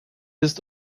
ist